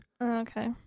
Okay